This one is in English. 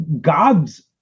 God's